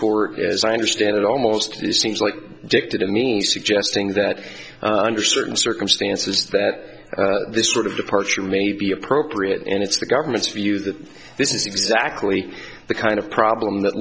court as i understand it almost seems like dick to me suggesting that under certain circumstances that this sort of departure may be appropriate and it's the government's view that this is exactly the kind of problem that